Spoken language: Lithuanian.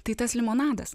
tai tas limonadas